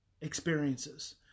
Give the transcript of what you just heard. experiences